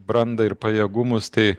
brandą ir pajėgumus tai